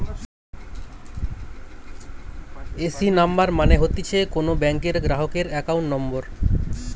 AC number মানে হতিছে কোন ব্যাংকের গ্রাহকের একাউন্ট নম্বর